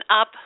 up